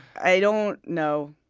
i don't no